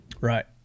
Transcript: Right